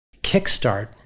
kickstart